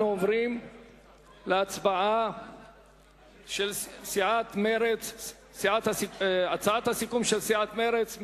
אנחנו עוברים להצבעה על הצעת הסיכום של סיעת מרצ.